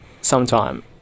sometime